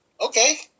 Okay